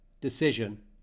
decision